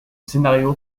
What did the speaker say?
scénario